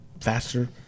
faster